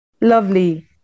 Lovely